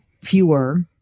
fewer